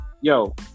Yo